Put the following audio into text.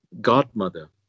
godmother